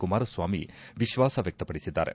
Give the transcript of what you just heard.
ಕುಮಾರ ಸ್ವಾಮಿ ವಿಶ್ವಾಸ ವ್ಯಕ್ತಪಡಿಸಿದ್ದಾರೆ